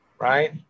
right